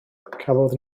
cafodd